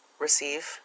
receive